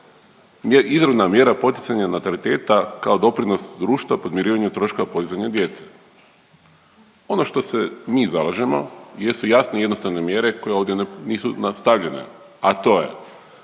izravna mjera poticanja nataliteta kao doprinos društva podmirivanju troškova podizanja djece. Ono što se mi zalažemo jesu jasne i jednostavne mjere koje ovdje nisu stavljene, a to je